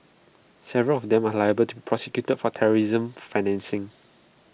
several of them are liable to prosecuted for terrorism financing